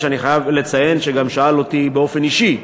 שאני חייב לציין שגם שאל אותי באופן אישי,